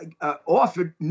Offered